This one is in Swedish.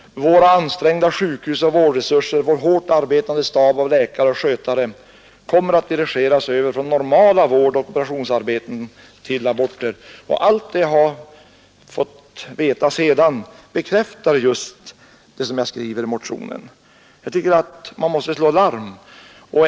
Våra ansträngda sjukhusoch vårdresurser, vår hårt arbetande stab av läkare och skötare kommer att dirigeras över från normala vårdoch operationsarbeten till aborter.” Allt vad jag sedan fått veta bekräftar just det som jag skriver i motionen. Jag tycker att man måste slå larm.